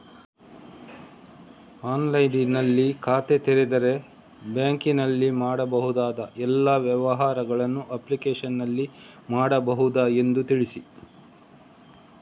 ಆನ್ಲೈನ್ನಲ್ಲಿ ಖಾತೆ ತೆರೆದರೆ ಬ್ಯಾಂಕಿನಲ್ಲಿ ಮಾಡಬಹುದಾ ಎಲ್ಲ ವ್ಯವಹಾರಗಳನ್ನು ಅಪ್ಲಿಕೇಶನ್ನಲ್ಲಿ ಮಾಡಬಹುದಾ ಎಂದು ತಿಳಿಸಿ?